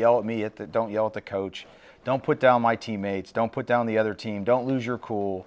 yell at me at that don't yell at the coach don't put down my teammates don't put down the other team don't lose your cool